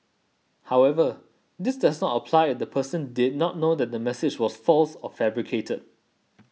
however this does not apply the person did not know that the message was false or fabricated